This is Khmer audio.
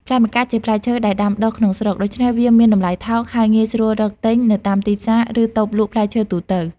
ផ្លែម្កាក់ជាផ្លែឈើដែលដាំដុះក្នុងស្រុក ដូច្នេះវាមានតម្លៃថោក ហើយងាយស្រួលរកទិញនៅតាមទីផ្សារ ឬតូបលក់ផ្លែឈើទូទៅ។